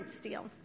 steel